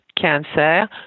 cancer